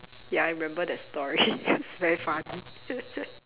ya I remember that story cause very funny